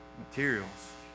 materials